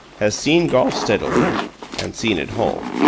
has seen golf steadily and seen it whole.